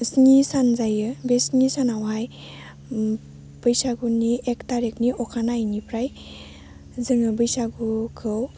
स्नि सान जायो बे स्नि सानावहाय बैसागुनि एक थारिगनि अखानायैनिफ्राय जोङो बैसागुखौ